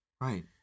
Right